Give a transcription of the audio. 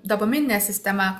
dopamininė sistema